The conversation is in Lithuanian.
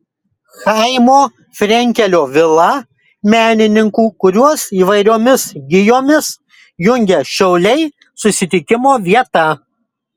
chaimo frenkelio vila menininkų kuriuos įvairiomis gijomis jungia šiauliai susitikimo vieta